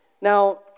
Now